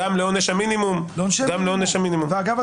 אגב,